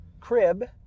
crib